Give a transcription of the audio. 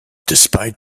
despite